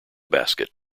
basket